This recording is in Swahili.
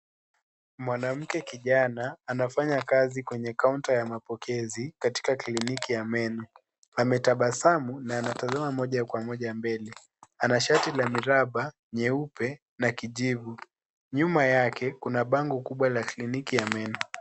Mwanamke kijana anafanya kazi katika kaunta ya mapokezi katika kliniki ya meno , ametabasamu na anatazama moja kwa moja mbele ana shati la miraba nyeupe na kijvu , nyuma yake kunz bango kubwa la kliniki ya meno.